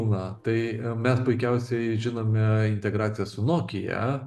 na tai mes puikiausiai žinome integraciją su nokia